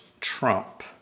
Trump